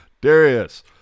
Darius